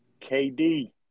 KD